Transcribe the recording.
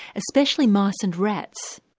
especially mice and rats.